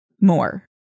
more